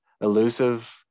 elusive